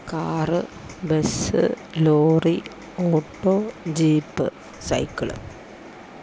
car bus lorry auto jeep cycle